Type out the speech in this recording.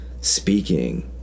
speaking